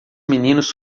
meninos